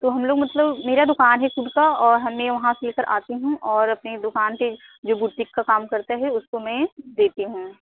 तो हम लोग मतलब मेरा दुकान है सूट का और हमें वहाँ से ले कर आती हूँ और अपने दुकान पर जो का काम करते हैं उसको मैं देती हूँ